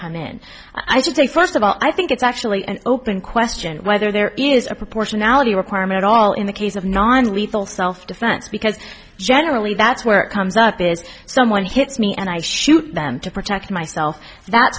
come in i should say first of all i think it's actually an open question whether there is a proportionality requirement at all in the case of non lethal self defense because generally that's where it comes up is someone hits me and i shoot them to protect myself that